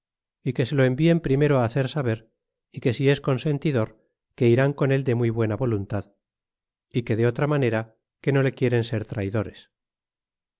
que se lo envien primero hacer saber é que si es consentidor que iran con él de muy buena voluntad que de otra manera que no le quieren ser traydores